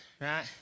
right